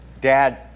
Dad